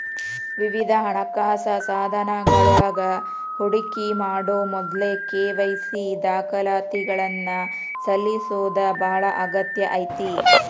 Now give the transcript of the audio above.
ವಿವಿಧ ಹಣಕಾಸ ಸಾಧನಗಳೊಳಗ ಹೂಡಿಕಿ ಮಾಡೊ ಮೊದ್ಲ ಕೆ.ವಾಯ್.ಸಿ ದಾಖಲಾತಿಗಳನ್ನ ಸಲ್ಲಿಸೋದ ಬಾಳ ಅಗತ್ಯ ಐತಿ